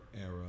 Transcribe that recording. era